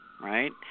right